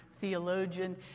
theologian